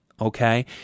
okay